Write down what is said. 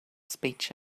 speech